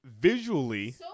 visually